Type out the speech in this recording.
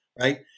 right